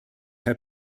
herr